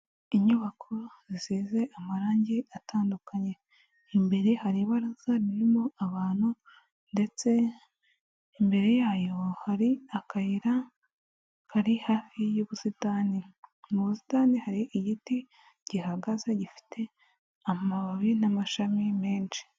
Inyubako zisize amarangi atandukanye, imbere hari ibaraza ririmo abantu ndetse imbere yayo hari akayira kari hafi y'ubusitani, mu busitani hari igiti gihagaze gifite amababi n'amashami menshi.